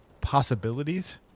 possibilities